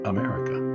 America